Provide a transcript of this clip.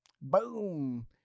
Boom